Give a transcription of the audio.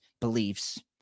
beliefs